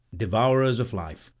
devourers of life,